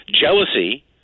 Jealousy